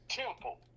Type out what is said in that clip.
temple